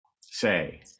say